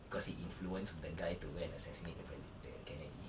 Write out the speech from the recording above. because he influenced the guy to go and assassinate the presi~ the kennedy